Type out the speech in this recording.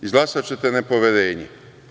Izglasaćete nepoverenje?